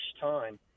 time